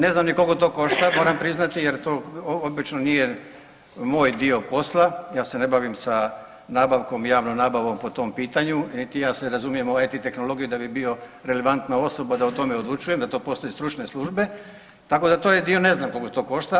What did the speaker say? Ne znam ni koliko to košta moram priznati jer to obično nije moj dio posla, ja se ne bavim sa nabavkom i javnom nabavom po tom pitanju niti ja se razumijem u IT tehnologiju da bi bio relevantna osoba da o tome odlučujem, za to postoje stručne službe tako da taj dio ne znam koliko to košta.